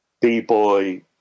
B-boy